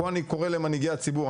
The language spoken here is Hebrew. פה אני קורא למנהיגי הציבור,